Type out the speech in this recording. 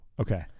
Okay